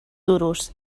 duros